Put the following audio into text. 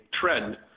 trend